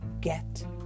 get